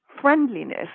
friendliness